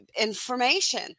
information